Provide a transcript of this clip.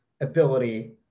ability